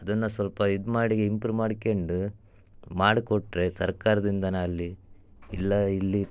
ಅದನ್ನು ಸ್ವಲ್ಪ ಇದು ಮಾಡಿ ಇಂಪ್ರೂ ಮಾಡ್ಕಂಡು ಮಾಡಿಕೊಟ್ರೆ ಸರ್ಕಾರದಿಂದನೇ ಆಗ್ಲಿ ಇಲ್ಲ ಇಲ್ಲಿ